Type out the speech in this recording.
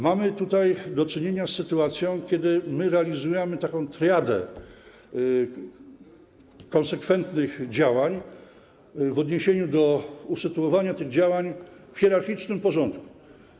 Mamy tutaj do czynienia z sytuacją, kiedy realizujemy taką triadę konsekwentnych działań w odniesieniu do usytuowania tych działań w hierarchicznym porządku.